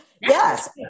Yes